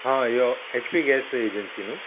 हां यो H P gas agency न्हू